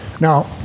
Now